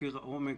תחקיר העומק,